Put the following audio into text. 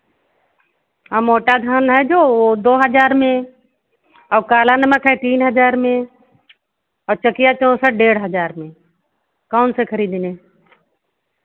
और मोटा धान है जो वो दो हज़ार में और काला नमक है तीन हज़ार में और चकिया चौंसठ डेढ़ हज़ार में कौन सा खरीदने